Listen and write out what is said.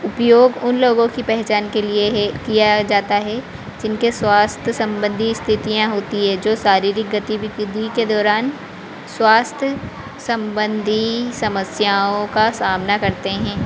उपयोग उन लोगों की पहचान के लिए है किया जाता है जिनके स्वास्थ्य संबंधी स्थितियाँ होती है जो शारीरिक गतिविधि के दौरान स्वास्थ्य संबंधी समस्याओं का सामना करते हैं